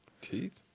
Teeth